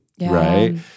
right